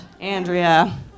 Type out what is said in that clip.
andrea